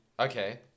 Okay